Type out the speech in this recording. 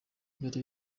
mbere